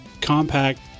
compact